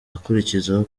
akurikizaho